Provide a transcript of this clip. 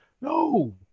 No